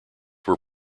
were